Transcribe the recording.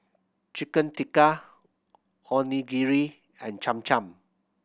Chicken Tikka Onigiri and Cham Cham